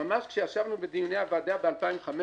כשישבנו בדיוני הוועדה ב-2015,